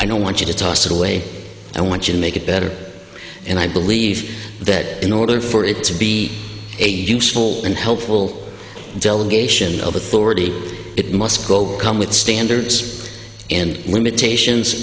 i don't want you to toss it away and i want you to make it better and i believe that in order for it to be a useful and helpful delegation of authority it must go come with standards and limitations